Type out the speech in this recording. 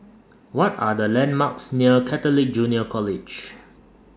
What Are The landmarks near Catholic Junior College